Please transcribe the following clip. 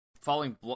following